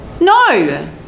no